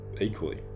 equally